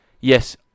Yes